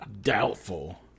Doubtful